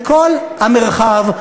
בכל המרחב,